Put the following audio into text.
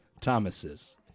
Thomas's